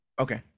Okay